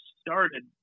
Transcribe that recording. started